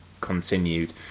continued